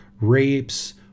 rapes